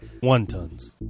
one-tons